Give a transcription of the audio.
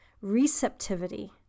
receptivity